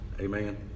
amen